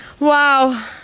Wow